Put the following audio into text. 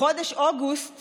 בחודש אוגוסט